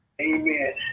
Amen